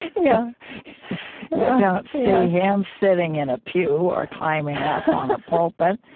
yeah don't see him sitting in a pew or climbing up on a pulpit.